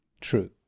true